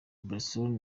barcelona